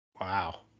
Wow